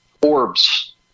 orbs